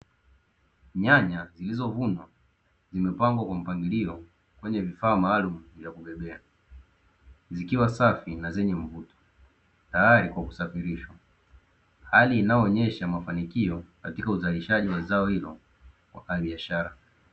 Nyanya zilizovunwa zimepangwa kwenye vifaa maalumu za kubebea zikiwa safi na zenye mvuto tayari kwa kusafirishwa, hali inayoonyesha mafanikio katika uzalishaji wa zao hilo kwa biashara.